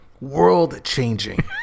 world-changing